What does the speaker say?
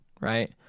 right